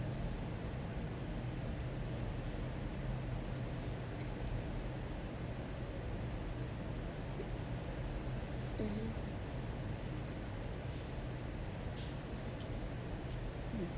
mmhmm